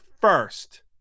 first